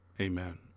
amen